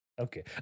Okay